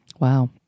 Wow